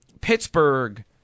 Pittsburgh –